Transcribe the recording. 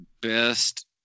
best